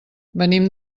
venim